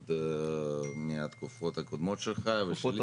עוד מהתקופות הקודמות שלך ושלי.